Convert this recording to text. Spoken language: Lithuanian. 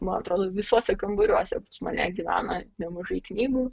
man atrodo visuose kambariuose pas mane gyvena nemažai knygų